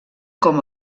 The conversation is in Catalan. com